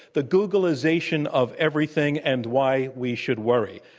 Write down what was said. the googlization of everything and why we should worry.